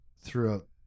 throughout